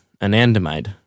Anandamide